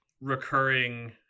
recurring